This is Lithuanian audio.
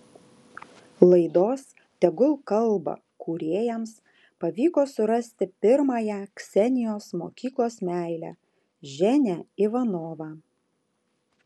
laidos tegul kalba kūrėjams pavyko surasti pirmąją ksenijos mokyklos meilę ženią ivanovą